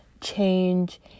Change